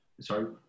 Sorry